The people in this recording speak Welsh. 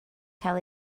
cael